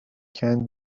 can